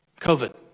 COVID